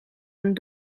een